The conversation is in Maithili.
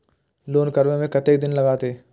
लोन करबे में कतेक दिन लागते?